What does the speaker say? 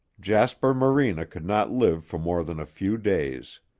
jasper morena could not live for more than a few days.